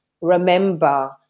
remember